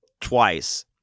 twice